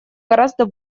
гораздо